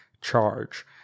charge